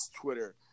Twitter